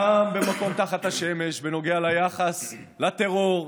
גם ב"מקום תחת השמש" בנוגע ליחס לטרור,